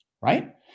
right